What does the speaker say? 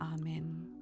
Amen